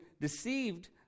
deceived